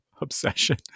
obsession